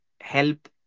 help